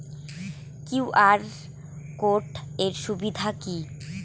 QR code এর সুবিধা কি?